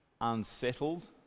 unsettled